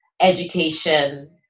education